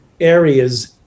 areas